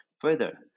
Further